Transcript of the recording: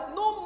no